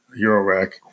Eurorack